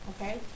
okay